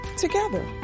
together